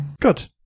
Good